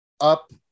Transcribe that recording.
up